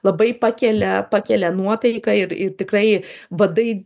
labai pakelia pakelia nuotaiką ir ir tikrai vadai